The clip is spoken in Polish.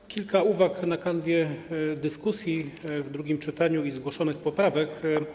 Mam kilka uwag na kanwie dyskusji w drugim czytaniu i zgłoszonych poprawek.